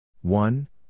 one